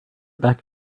back